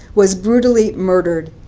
was brutally murdered.